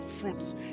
fruits